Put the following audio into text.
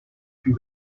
più